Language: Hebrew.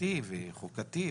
משפטי וחוקתי.